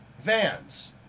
Vans